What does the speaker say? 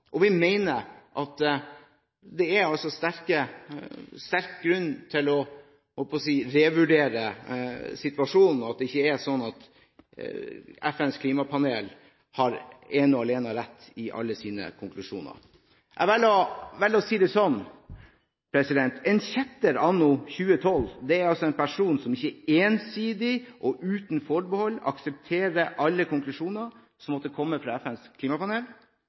og vi mener at det er sterk grunn til å revurdere situasjonen, og at det ikke er sånn at FNs klimapanel ene og alene har rett i alle sine konklusjoner. Jeg velger å si det sånn: En kjetter anno 2012 er altså en person som ikke ensidig og uten forbehold aksepterer alle konklusjoner som måtte komme fra FNs klimapanel,